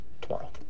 tomorrow